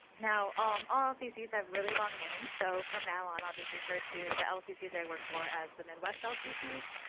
now um all lccs have really long names, so from now on i'll just refer to the lccs i work for as the midwest lccs.